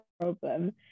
problem